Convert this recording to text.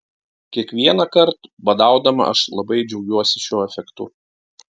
kiekvienąkart badaudama aš labai džiaugiuosi šiuo efektu